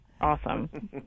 Awesome